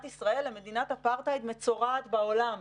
ישראל למדינת אפרטהייד מצורעת בעולם.